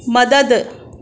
मदद